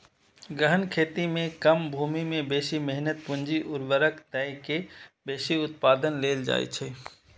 गहन खेती मे कम भूमि मे बेसी मेहनत, पूंजी, उर्वरक दए के बेसी उत्पादन लेल जाइ छै